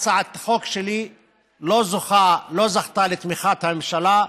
הצעת החוק שלי לא זכתה לתמיכת הממשלה,